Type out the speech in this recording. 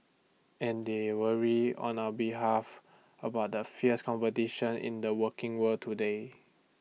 and they worry on A behalf about the fierce competition in the working world today